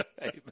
Amen